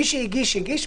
מי שהגיש, הגיש.